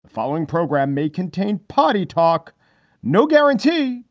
following program may contain potty talk no guarantee,